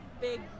big